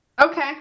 Okay